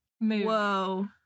Whoa